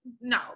No